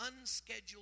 unscheduled